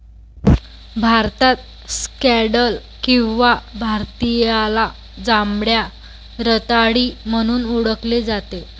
भारतात स्कँडल किंवा भारतीयाला जांभळ्या रताळी म्हणून ओळखले जाते